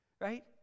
right